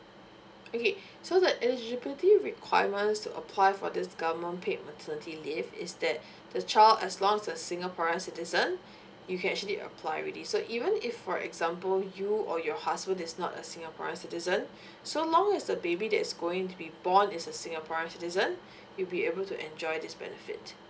okay so the eligibility requirements to apply for this government paid maternity leave is that the child as long is a singaporean citizen you can actually apply already so even if for example you or your husband is not a singaporean citizen so long as the baby that's going to be born is a singaporean citizen you'll be able to enjoy this benefit